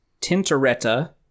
Tintoretta